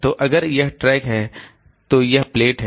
तो अगर यह ट्रैक है तो यह प्लेट है